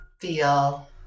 feel